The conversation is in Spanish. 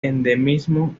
endemismo